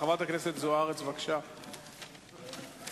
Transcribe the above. חילקה אותו בשלבים ל-12 חודשים,